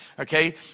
Okay